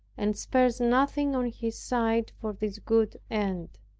and spares nothing on his side for this good end.